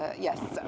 ah yes,